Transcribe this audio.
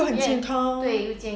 又很健康